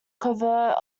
covert